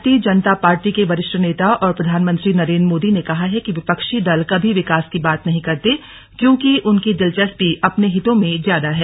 भारतीय जनता पार्टी के वरिष्ठ नेता और प्रधानमंत्री नरेन्द् मोदी ने कहा है कि विपक्षी दल कभी विकास की बात नहीं करते क्योंकि उनकी दिलचस्पी अपने हितों में ज्यादा है